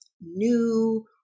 new